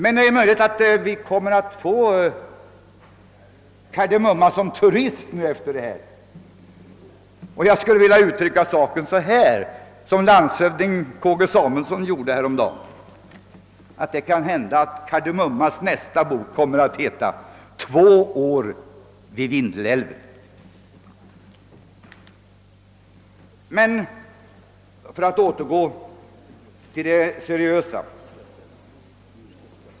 Kanske kommer vi att få Kar de Mumma som turist framdeles, och jag skulle vilja uttrycka saken så som landshövding K. G. Samuelsson gjorde häromdagen: Måhända kommer Kar de Mummas nästa bok att heta »Två år vid Vindelälven». För att återgå till det seriösa.